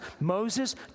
Moses